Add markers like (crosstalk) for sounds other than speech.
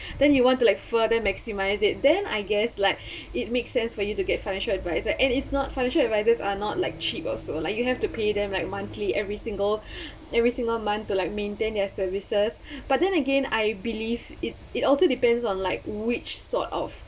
then you want to like further maximize it then I guess like it makes sense for you to get financial advisor and is not financial advisors are not like cheap also like you have to pay them like monthly every single (breath) every single month like maintain your services but then again I believe it it also depends on like which sort of